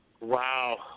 Wow